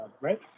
right